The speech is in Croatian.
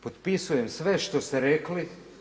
Potpisujem sve što ste rekli.